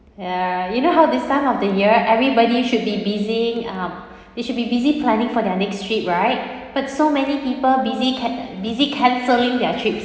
ya you know how this time of the year everybody should be busying um they should be busy planning for their next trip right but so many people busy ca~ busy cancelling their trips